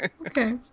Okay